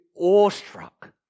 awestruck